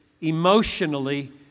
emotionally